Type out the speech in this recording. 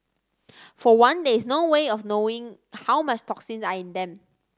for one there is no way of knowing how much toxins are in them